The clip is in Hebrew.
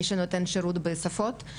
מי שנותן שירותים בשפות,